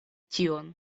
tion